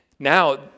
Now